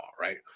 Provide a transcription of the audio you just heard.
right